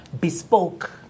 bespoke